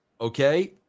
okay